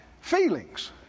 feelings